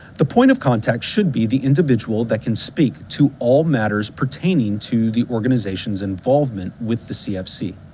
the point of contact should be the individual that can speak to all matter pertaining to the organization's involvement with the cfc,